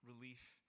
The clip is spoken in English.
relief